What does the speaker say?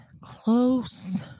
close